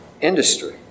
industry